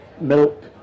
milk